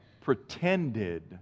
pretended